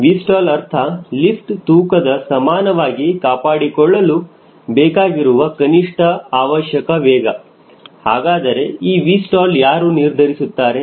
𝑉stall ಅರ್ಥ ಲಿಫ್ಟ್ ತೂಕದ ಸಮಾನವಾಗಿ ಕಾಪಾಡಿಕೊಳ್ಳಲು ಬೇಕಾಗಿರುವ ಕನಿಷ್ಠ ಅವಶ್ಯಕ ವೇಗ ಹಾಗಾದರೆ ಈ 𝑉stall ಯಾರು ನಿರ್ಧರಿಸುತ್ತಾರೆ